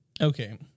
Okay